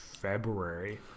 February